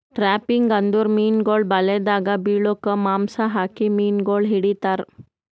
trapping ಅಂದುರ್ ಮೀನುಗೊಳ್ ಬಲೆದಾಗ್ ಬಿಳುಕ್ ಮಾಂಸ ಹಾಕಿ ಮೀನುಗೊಳ್ ಹಿಡಿತಾರ್